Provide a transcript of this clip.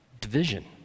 division